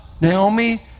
Naomi